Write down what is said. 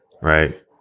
right